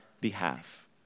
behalf